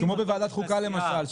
כמו בוועדת החוקה למשל,